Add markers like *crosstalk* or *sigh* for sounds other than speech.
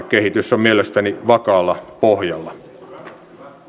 *unintelligible* kehitys on mielestäni vakaalla pohjalla